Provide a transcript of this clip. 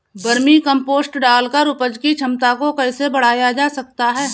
Vermi compost डालकर उपज की क्षमता को कैसे बढ़ाया जा सकता है?